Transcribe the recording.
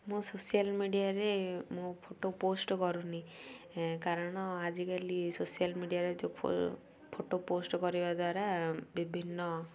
ମୁଁ ସୋସିଆଲ୍ ମିଡ଼ିଆରେ ମୁଁ ଫଟୋ ପୋଷ୍ଟ କରୁନି କାରଣ ଆଜିକାଲି ସୋସିଆଲ୍ ମିଡ଼ିଆରେ ଯେଉଁ ଫଟୋ ପୋଷ୍ଟ କରିବା ଦ୍ୱାରା ବିଭିନ୍ନ